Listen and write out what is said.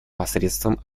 посредством